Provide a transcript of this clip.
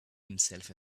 himself